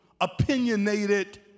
opinionated